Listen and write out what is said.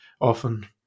often